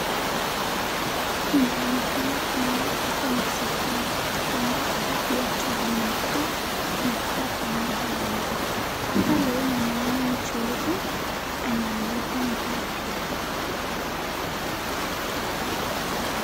Inaonekana kwamba hapa ni sokoni ambapo viatu vinauzwa na pia pamoja na nguo. Pale ninaona mchuuzi anayeuza nguo pia.